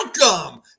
Welcome